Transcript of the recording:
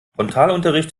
frontalunterricht